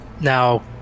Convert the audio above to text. now